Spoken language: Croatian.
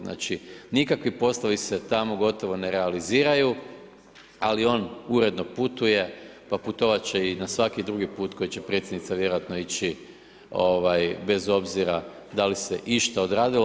Znači, nikakvi poslovi se tamo gotovo ne realiziraju, ali on uredno putuje, pa putovat će i na svaki drugi put koji će predsjednica vjerojatno ići bez obzira da li se išta odradilo.